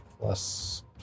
plus